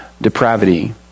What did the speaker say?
depravity